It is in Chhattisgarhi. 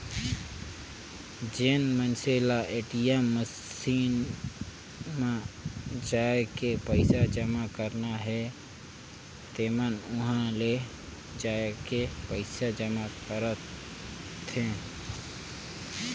जेन मइनसे ल ए.टी.एम मसीन म जायके पइसा जमा करना हे तेमन उंहा ले जायके पइसा जमा करथे